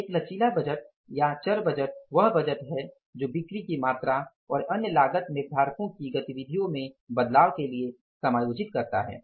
एक लचीला बजट या एक चर बजट वह बजट है जो बिक्री की मात्रा और अन्य लागत निर्धारको की गतिविधियों में बदलाव के लिए समायोजित करता है